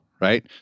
right